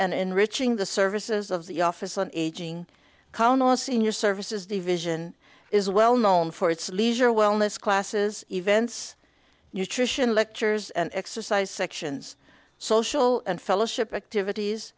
and enriching the services of the office on aging columnists in your services division is well known for its leisure wellness classes events nutrition lectures and exercise sections social and fellowship activities